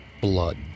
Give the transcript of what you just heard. Blood